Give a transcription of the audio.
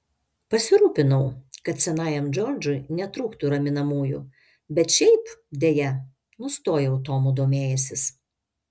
pasirūpinau kad senajam džordžui netrūktų raminamųjų bet šiaip deja nustojau tomu domėjęsis